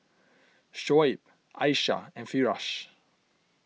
Shoaib Aisyah and Firash